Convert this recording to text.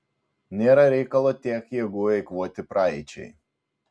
nėra reikalo tiek jėgų eikvoti praeičiai